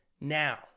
now